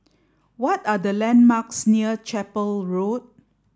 what are the landmarks near Chapel Road